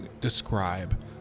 describe